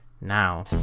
now